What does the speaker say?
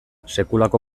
sekulako